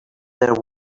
there